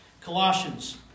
Colossians